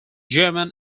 german